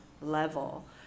level